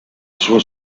sua